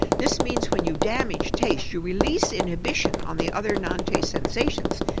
this means when you damage taste you release inhibition on the other non-taste sensations.